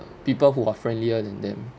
people who are friendlier than them